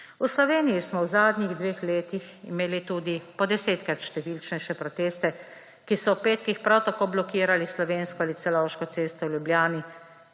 V Sloveniji smo v zadnjih dveh letih imeli tudi po desetkrat številčnejše proteste, ki so ob petkih prav tako blokirali Slovensko ali Celovško cesto v Ljubljani,